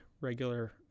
regular